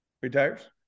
retires